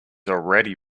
already